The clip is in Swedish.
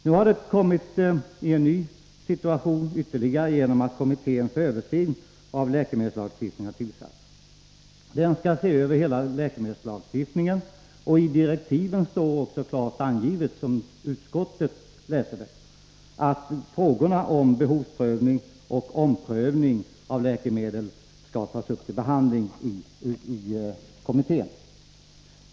Nu har situationen blivit en annan genom att kommittén för översyn av läkemedelslagstiftningen har tillsatts. Den skall se över hela läkemedelslagstiftningen, och i direktiven står, som utskottet ser det, klart angivet att frågor om behovsprövning och omprövning av läkemedel skall tas upp till behandling i kommittén.